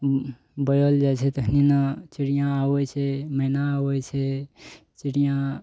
बोयल जाइ छै तखनी चिड़िआ आबै छै मैना आबै छै चिड़िआ